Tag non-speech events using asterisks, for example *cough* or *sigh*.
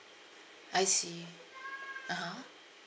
I see *noise* ah ha